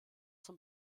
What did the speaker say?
zum